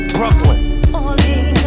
Brooklyn